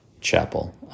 chapel